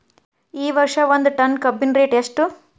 ಈ ವರ್ಷ ಒಂದ್ ಟನ್ ಕಬ್ಬಿನ ರೇಟ್ ಎಷ್ಟು?